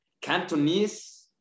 Cantonese